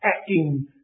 acting